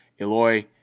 Eloy